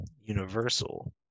Universal